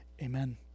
Amen